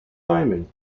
timing